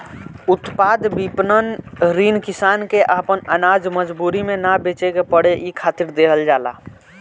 उत्पाद विपणन ऋण किसान के आपन आनाज मजबूरी में ना बेचे के पड़े इ खातिर देहल जाला